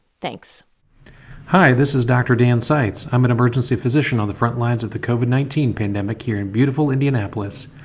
thanks hi. this is dr. dan sites. i'm an emergency physician on the front lines of the covid nineteen pandemic here in beautiful indianapolis.